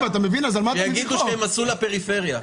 יגידו שהם עשו לפריפריה.